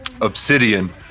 obsidian